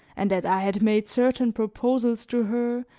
and that i had made certain proposals to her,